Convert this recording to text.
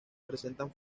presentan